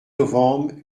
novembre